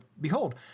Behold